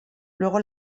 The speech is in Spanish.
luego